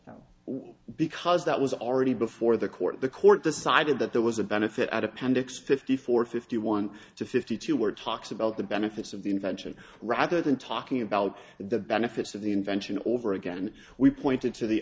want because that was already before the court the court decided that there was a benefit at appendix fifty four fifty one to fifty two were talks about the benefits of the invention rather than talking about the benefits of the invention over again we pointed to the